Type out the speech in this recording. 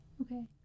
Okay